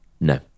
No